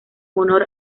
honor